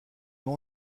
nom